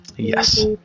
Yes